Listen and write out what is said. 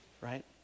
Right